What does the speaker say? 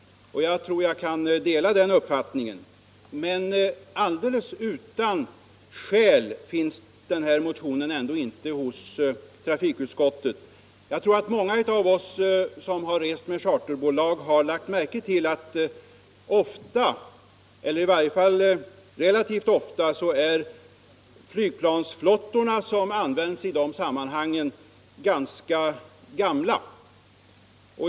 Jag delar alltså den uppfattningen. Men det är ändå inte alldeles utan skäl som den här motionen har hamnat hos trafikutskottet. Jag tror att många av oss som rest med charterbolag har lagt märke till att de flygplansflottor som används relativt ofta är ganska gamla.